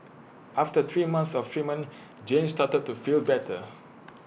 after three months of treatment Jane started to feel better